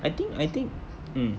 I think I think mm